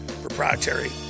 proprietary